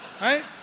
right